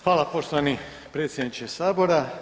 Hvala, poštovani predsjedniče Sabora.